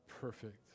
Perfect